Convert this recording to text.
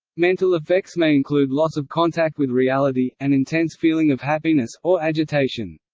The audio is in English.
mental effects may include loss of contact with reality, an intense feeling of happiness, or agitation.